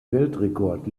weltrekord